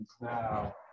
now